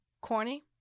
corny